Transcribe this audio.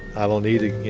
i don't need to